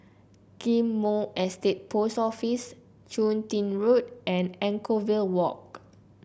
Ghim Moh Estate Post Office Chun Tin Road and Anchorvale Walk